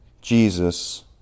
Jesus